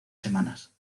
semanas